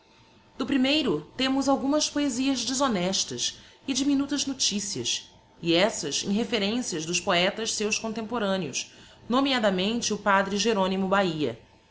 do primeiro temos algumas poesias deshonestas e diminutas noticias e essas em referencias dos poetas seus contemporaneos nomeadamente o padre jeronymo bahia